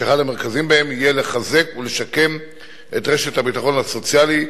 שאחד המרכזיים בהם יהיה חיזוק ושיקום רשת הביטחון הסוציאלי,